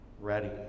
ready